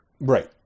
Right